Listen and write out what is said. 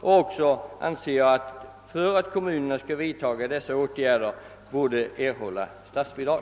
Jag anser att det erfordras statsbidrag till kommunerna för att dessa skall vidtaga de erforderliga åtgärderna.